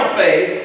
faith